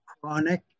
chronic